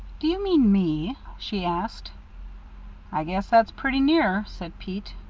do you mean me? she asked i guess that's pretty near, said pete.